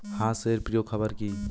হাঁস এর প্রিয় খাবার কি?